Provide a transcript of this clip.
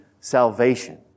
salvation